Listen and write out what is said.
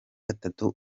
gatatu